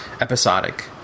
episodic